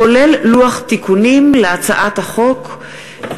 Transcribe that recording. כולל לוח תיקונים להצעת החוק,